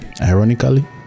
ironically